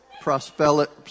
prosperity